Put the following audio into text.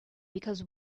because